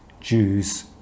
Jews